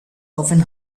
often